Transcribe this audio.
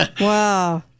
Wow